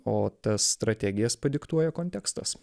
o tas strategijas padiktuoja kontekstas